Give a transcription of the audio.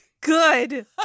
Good